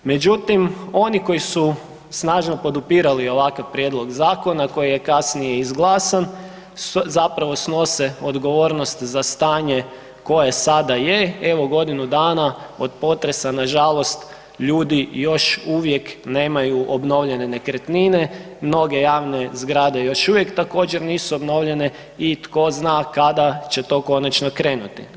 Međutim, oni koji su snažno podupirali ovakav prijedlog zakona koji je kasnije izglasan, zapravo snose odgovornost za stanje koje sada je, evo, godinu dana od potresa, nažalost ljudi još uvijek nemaju obnovljene nekretnine, mnoge javne zgrade još uvijek također, nisu obnovljene i tko zna kada će to konačno krenuti.